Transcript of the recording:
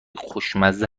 خوشمزه